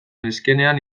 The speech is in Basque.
neskenean